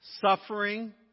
suffering